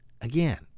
again